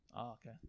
okay